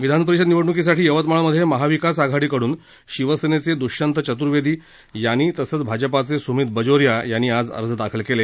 विधानपरिषद निवडणुकीसाठी यवतमाळमध्ये महाविकास आघाडीकडून शिवसेनेचे दुष्यंत चत्र्वेदी यांनी तसंच भाजपचे सुमित बजोरिया यांनी आज अर्ज दाखल केले